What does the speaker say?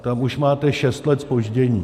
Tam už máte šest let zpoždění.